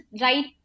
right